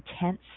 intense